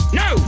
no